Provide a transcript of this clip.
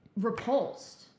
repulsed